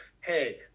Hey